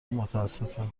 متاسفم